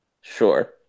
Sure